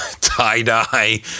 tie-dye